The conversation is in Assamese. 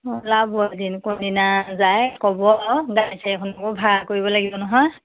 অঁ দিনা যায় ক'ব আৰু গাড়ী চাৰি এখনকো ভাড়া কৰিব লাগিব নহয়